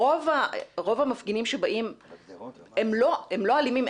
רוב המפגינים שבאים הם לא אלימים,